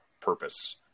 purpose